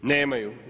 Nemaju.